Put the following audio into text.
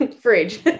fridge